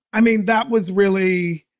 i mean, that was really,